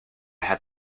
had